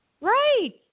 Right